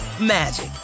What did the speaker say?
magic